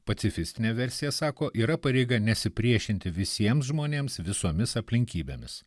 pacifistinė versija sako yra pareiga nesipriešinti visiems žmonėms visomis aplinkybėmis